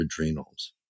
adrenals